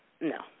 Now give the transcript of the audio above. No